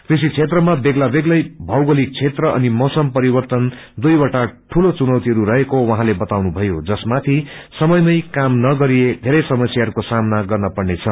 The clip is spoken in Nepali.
कृषि क्षेत्रामा बेग्ला बेग्लै भौगोलिक क्षेत्र अनि मौसम परिवर्तन दुईवटा दूलो चुनौतीहरू रहेको उहाँले बताउनुभयो जसमाथि समयमानै काम नगरिए धेरै समस्यहरूको सामना गर्न पर्नेछ